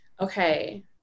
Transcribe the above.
okay